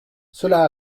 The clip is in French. cela